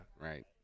Right